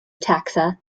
taxa